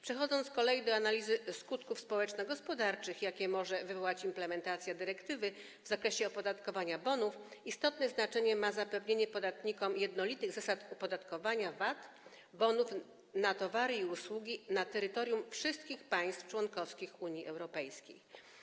Przechodząc z kolei do analizy skutków społeczno-gospodarczych, jakie może wywołać implementacja dyrektywy w zakresie opodatkowania bonów, istotne znaczenie ma zapewnienie podatnikom jednolitych zasad opodatkowania VAT, bonów na towary i usługi na terytorium wszystkich państw członkowskich Unii Europejskiej.